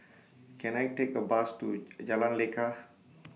Can I Take A Bus to Jalan Lekar